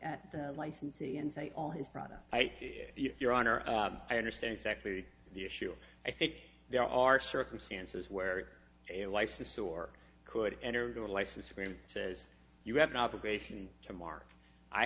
at the licensee and say all his product if your honor i understand exactly the issue i think there are circumstances where a license or could enter into a license agreement says you have an obligation to mark i